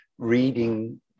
reading